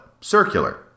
circular